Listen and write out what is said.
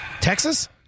Texas